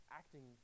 acting